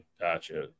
gotcha